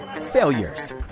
failures